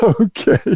Okay